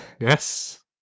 Yes